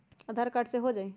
आधार card से हो जाइ?